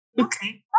Okay